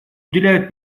уделяют